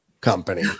company